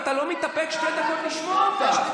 ואתה לא מתאפק שתי דקות לשמוע אותה.